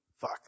Fuck